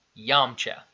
Yamcha